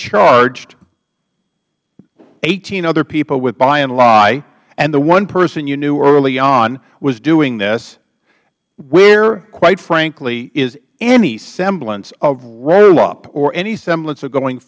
charged eighteen other people with buy and lie and the one person you knew early on was doing this where quite frankly is any semblance of rollup or any semblance of going